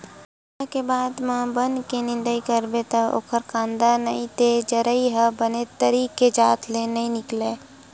बाड़हे के बाद म बन के निंदई करबे त ओखर कांदा नइ ते जरई ह बने तरी के जात ले नइ निकलय